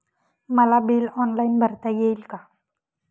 मला bill online भरता येईल का?